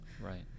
Right